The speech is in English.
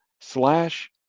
slash